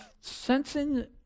sensing